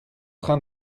train